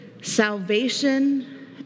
salvation